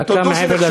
דקה מעבר לזמן.